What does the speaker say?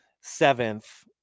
seventh